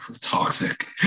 Toxic